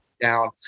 down